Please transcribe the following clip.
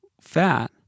fat